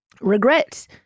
regret